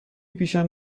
پیشم